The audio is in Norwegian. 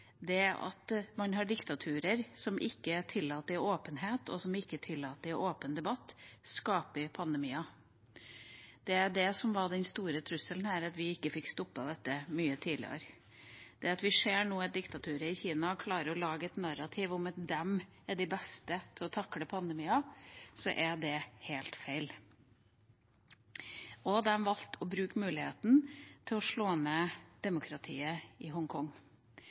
det at man har diktaturer som ikke tillater åpenhet, og som ikke tillater åpen debatt, skaper pandemier. Det var det som var den store trusselen her, at vi ikke fikk stoppet dette mye tidligere. Det at vi nå ser at diktaturet i Kina klarer å lage et narrativ om at de er de beste til å takle pandemier, er helt feil. Og de valgte å bruke muligheten til å slå ned demokratiet i Hongkong.